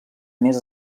més